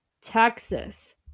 Texas